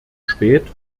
spät